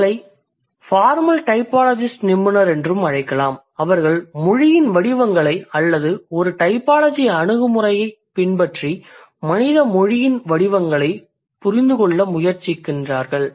அவர்களை formal typologist நிபுணர் என்றும் அழைக்கலாம் அவர்கள் மொழியின் வடிவங்களை அல்லது ஒரு டைபாலஜி அணுகுமுறையைப் பின்பற்றி மனித மொழியின் வடிவங்களைப் புரிந்து கொள்ள முயற்சிக்கின்றனர்